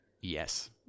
yes